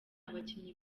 abakinnyi